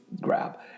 Grab